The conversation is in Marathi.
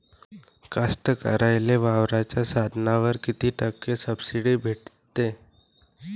कास्तकाराइले वावराच्या साधनावर कीती टक्के सब्सिडी भेटते?